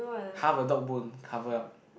half a dog bone covered up